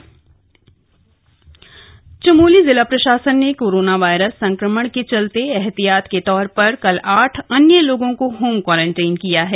corona update Chamoli Chamoli जिला प्रशासन ने कोरोना वायरस संक्रमण के चलते एहतियात के तौर पर कल आठ अन्य लोगों को होम क्वारंटीन किया है